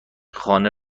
خانه